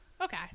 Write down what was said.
okay